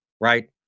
right